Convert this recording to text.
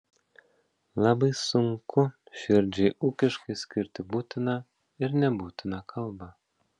labai sunku širdžiai ūkiškai skirti būtiną ir nebūtiną kalbą